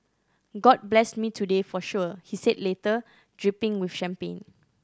god blessed me today for sure he said later dripping with champagne